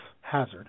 hazard